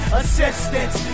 assistance